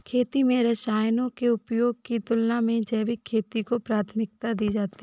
खेती में रसायनों के उपयोग की तुलना में जैविक खेती को प्राथमिकता दी जाती है